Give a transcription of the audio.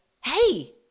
hey